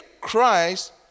Christ